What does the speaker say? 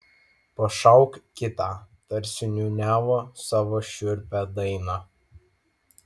pašauk kitą tarsi niūniavo savo šiurpią dainą